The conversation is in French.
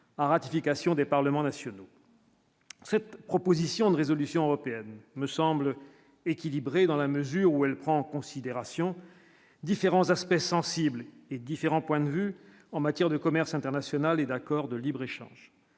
à ratification des parlements nationaux. Cette proposition de résolution européenne me semble équilibré dans la mesure où elle prend en considération différents aspects sensibles et différents points de vue en matière de commerce international et d'accord de libre-échange,